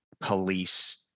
police